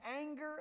anger